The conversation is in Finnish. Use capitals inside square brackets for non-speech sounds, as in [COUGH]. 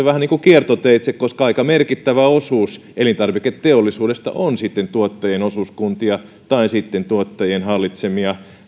[UNINTELLIGIBLE] vähän niin kuin kiertoteitse koska aika merkittävä osuus elintarviketeollisuudesta on tuottajien osuuskuntia tai sitten tuottajien hallitsemia